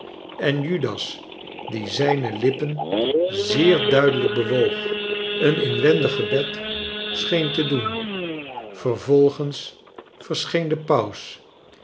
en judas die zijne lippen zeer duidelijk bewoog een inwendig gebed scheen te doen vervolgens verscheen de paus